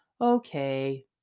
Okay